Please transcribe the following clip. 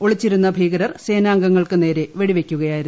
ഒളിച്ചിരുന്നു ഭീകരർ സേനാംഗങ്ങൾക്ക് നേരെ വെടിവയ്ക്കുകയായിരുന്നു